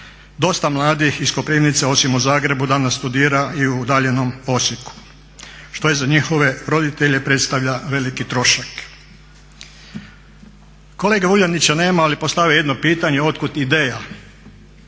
Dosta mladih iz Koprivnice osim u Zagrebu danas studira i u udaljenom Osijeku što za njihove roditelje predstavlja veliki trošak. Kolege Vuljanića nema ali postavio je jedno pitanje, otkud ideja.